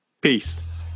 Peace